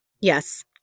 Yes